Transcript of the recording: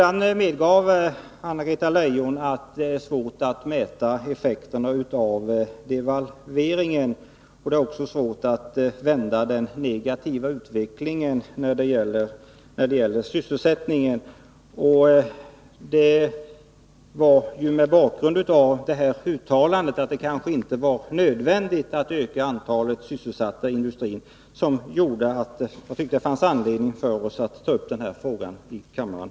Anna-Greta Leijon medgav att det är svårt att mäta effekterna av devalveringen. Det är också svårt att vända den negativa utvecklingen när det gäller sysselsättningen. Det var ju mot bakgrund av uttalandet, att det kanske inte var nödvändigt att öka antalet sysselsatta i industrin, som jag tyckte att det fanns anledning att ta upp den här frågan i kammaren.